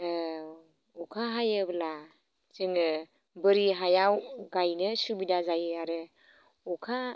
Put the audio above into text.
ओ अखा हायोब्ला जोङो बोरि हायाव गायनो सुबिदा जायो आरो अखा